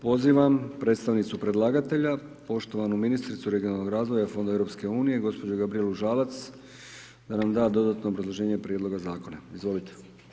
Pozivam predstavnicu predlagatelja poštovanu ministricu regionalnog razvoja u fondu EU, gospođu Gabrijelu Žalac da nam da dodatno obrazloženje prijedloga zakona, izvolite.